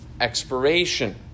expiration